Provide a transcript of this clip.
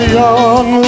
young